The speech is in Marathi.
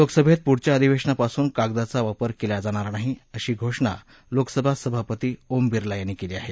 लोकसभेत पुढच्या अधिवेशनापासून कागदाचा वापर केला जाणार नाही अशी धोषणा लोकसभा सभापती ओम बिर्ला यांनी केली आहे